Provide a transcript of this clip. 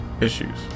issues